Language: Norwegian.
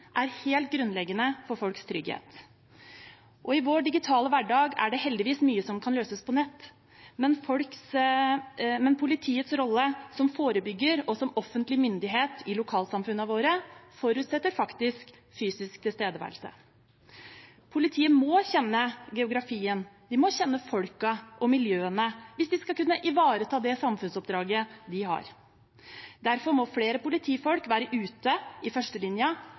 er helt grunnleggende for folks trygghet. I vår digitale hverdag er det heldigvis mye som kan løses på nett, men politiets rolle som forebygger og offentlig myndighet i lokalsamfunnene våre forutsetter faktisk fysisk tilstedeværelse. Politiet må kjenne geografien, folkene og miljøene hvis de skal kunne ivareta det samfunnsoppdraget de har. Derfor må flere politifolk være ute i